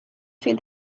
feed